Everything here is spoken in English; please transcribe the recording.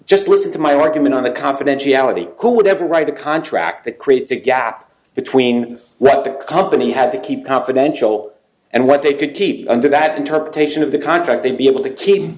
just listen to my argument on the confidentiality who would never write a contract that creates a gap between what the company had to keep confidential and what they could keep under that interpretation of the contract they'd be able to ke